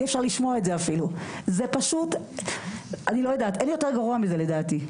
זה פשוט, אני לא יודעת, אין יותר גרוע מזה לדעתי.